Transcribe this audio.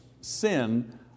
sin